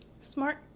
Smart